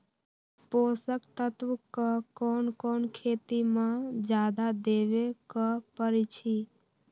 पोषक तत्व क कौन कौन खेती म जादा देवे क परईछी?